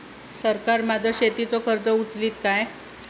सरकार माझो शेतीचो खर्च उचलीत काय?